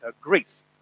Greece